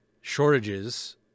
shortages